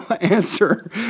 answer